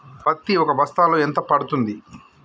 పత్తి ఒక బస్తాలో ఎంత పడ్తుంది?